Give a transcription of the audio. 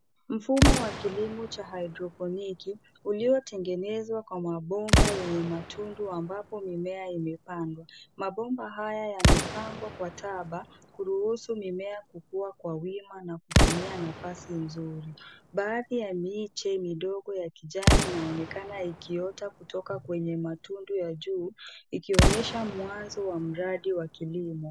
Mfumo wa kilimo cha hydrofoniki, uliotengenezwa kwa mabomba yenye matundu ambapo mimea imepandwa. Mabomba haya yamepangwa kwa taba, kuruhusu mimea kukua kwa wima na kutumia nafasi nzuri. Baadhi ya miche midogo ya kijani inaonekana yakiota kutoka kwenye matundu ya juu, ikionyesha mwanzo wa mradi wa kilimo.